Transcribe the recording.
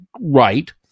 right